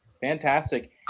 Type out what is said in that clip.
Fantastic